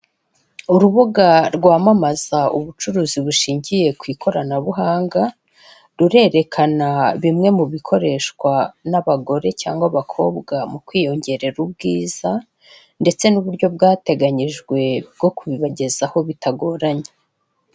Urubuga rw'amamaza ubucuruzi bushingiye ku ikoranabuhanga. Rurerekana bimwe mu bikoreshwa n'abagore cyangwa abakobwa mu kwiyongerera ubwiza ndetse n'uburyo bwateganyijwe bwo kubibagezaho bitagoranye.